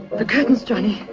the curtains, johnny,